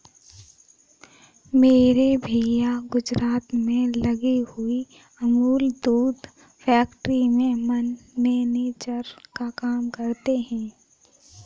मेरे भैया गुजरात में लगी हुई अमूल दूध फैक्ट्री में मैनेजर का काम करते हैं